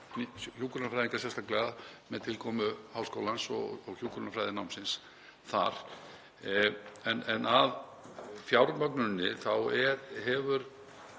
hjúkrunarfræðinga, sérstaklega með tilkomu háskólans og hjúkrunarfræðinámsins þar. En að fjármögnuninni. Þar